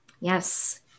Yes